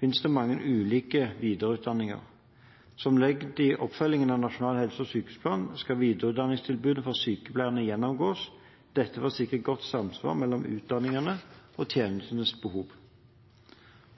finnes det mange ulike videreutdanninger. Som ledd i oppfølgingen av Nasjonal helse- og sykehusplan skal videreutdanningstilbudene for sykepleiere gjennomgås – dette for å sikre godt samsvar mellom utdanningen og tjenestenes behov.